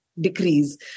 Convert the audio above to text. decrease